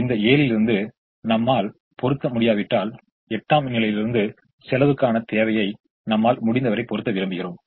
அந்த 7 லிருந்து நம்மால் பொறுத்த முடியாவிட்டால் 8 ம் நிலையிலிருந்து செலுவுக்கான தேவையை நம்மால் முடிந்தவரை பொறுத்த விரும்புகிறோம்